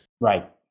Right